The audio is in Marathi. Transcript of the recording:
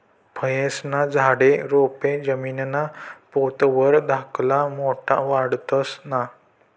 फयेस्ना झाडे, रोपे जमीनना पोत वर धाकला मोठा वाढतंस ना?